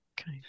Okay